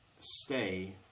stay